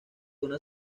una